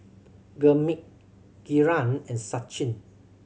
Gurmeet Kiran and Sachin